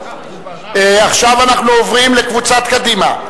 עכשיו אנחנו עוברים לקבוצת קדימה,